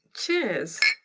cheers.